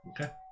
Okay